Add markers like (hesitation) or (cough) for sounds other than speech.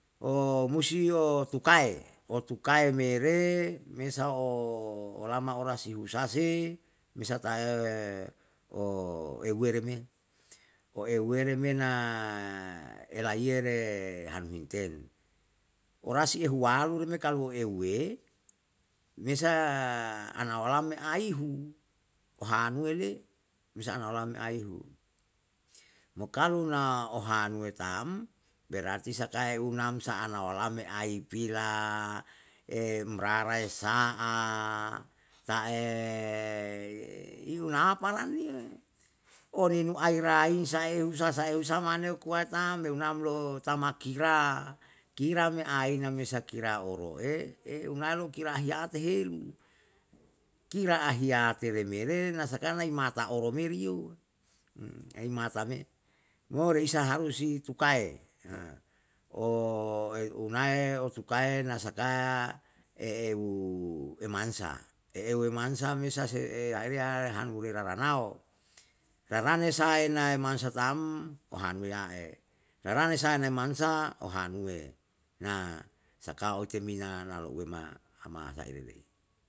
O musi otukae, otukae mere mesa olama orasi usase mesa ta'e o euwe re me, o euwe reme na elaiye re han min tel. Orasi ehuwalu re me kalu euwe mesa ana olama aihu, pahanuwe le, mesa ana olama me aihu. Mo kalu na ohanuwe tam, berarti sakae unam sa ana olamae aipira, emrarae sa'a, ta'e iuna pala niyo, orinu aira aimsa ehu sa saehu sa mane kuwae tam leu nam lo tama kira, kira ne ainu mesa kirao he, eunae lo kira ahiyate helu. Kira ahiyate remere na sakai nai imata oromeri yo, rimata me, mo reisa harusi tukae, (hesitation) unae tupae, na saka, eeu tumansa, eeu tumansa me sa se aeriyae hanu urimano, rarane sae nae mansa tam, ehanu ya'e rarane saeye mansa, hanuwe. (hesitation) saka otemina